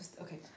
Okay